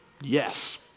Yes